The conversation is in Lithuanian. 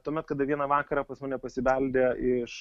tuomet kada vieną vakarą pas mane pasibeldė iš